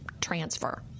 transfer